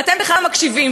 ואתם בכלל לא מקשיבים.